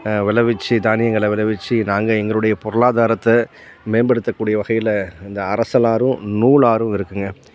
விளைவிச்சி தானியங்களை விளைவிச்சி நாங்கள் எங்களுடைய பொருளாதாரத்தை மேம்படுத்தக்கூடிய வகையில் இந்த அரசலாறும் நூலாறும் இருக்குதுங்க